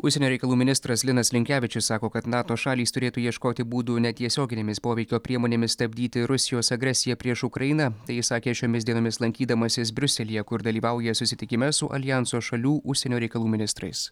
užsienio reikalų ministras linas linkevičius sako kad nato šalys turėtų ieškoti būdų netiesioginėmis poveikio priemonėmis stabdyti rusijos agresiją prieš ukrainą tai sakė šiomis dienomis lankydamasis briuselyje kur dalyvauja susitikime su aljanso šalių užsienio reikalų ministrais